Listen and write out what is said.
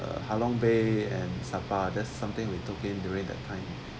uh ha long bay and sapa there's something we took in during that time